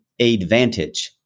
AidVantage